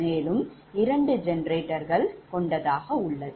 மேலும் இரண்டு ஜெனரேட்டர்கள் கொண்டதாக உள்ளது